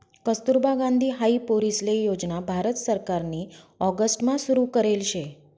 Kasturba Gandhi high पोरीसले योजना भारत सरकारनी ऑगस्ट मा सुरु करेल शे